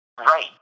Right